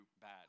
bad